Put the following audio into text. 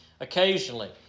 occasionally